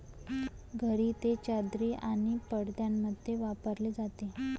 घरी ते चादरी आणि पडद्यांमध्ये वापरले जाते